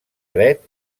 dret